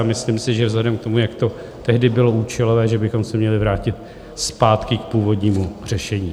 Myslím si, že vzhledem k tomu, jak to tehdy bylo účelové, že bychom se měli vrátit zpátky k původnímu řešení.